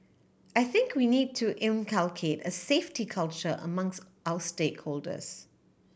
I think we need to inculcate a safety culture amongst our stakeholders